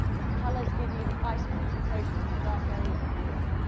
the colors give you the ice concentration. these dark areas are water.